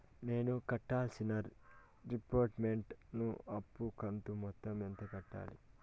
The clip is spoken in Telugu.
నేను కట్టాల్సిన రీపేమెంట్ ను అప్పు కంతు మొత్తం ఎంత కట్టాలి?